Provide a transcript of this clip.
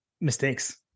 mistakes